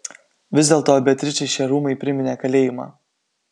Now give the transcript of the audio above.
vis dėlto beatričei šie rūmai priminė kalėjimą